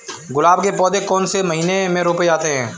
गुलाब के पौधे कौन से महीने में रोपे जाते हैं?